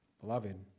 Beloved